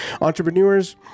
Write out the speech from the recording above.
entrepreneurs